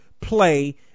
play